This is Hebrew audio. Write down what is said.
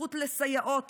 הזכות לסייעות,